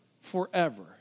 forever